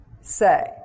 say